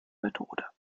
methode